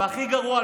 והכי גרוע,